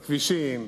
בכבישים,